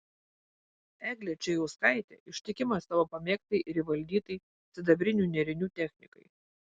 eglė čėjauskaitė ištikima savo pamėgtai ir įvaldytai sidabrinių nėrinių technikai